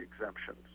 exemptions